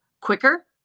quicker